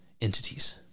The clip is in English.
entities